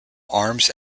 arms